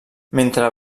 mentre